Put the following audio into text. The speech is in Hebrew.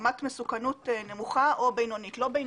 ברמת מסוכנות נמוכה או בינונית.